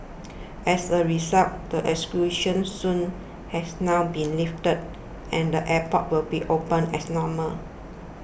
as a result the exclusion zone has now been lifted and the airport will be open as normal